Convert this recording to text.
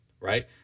Right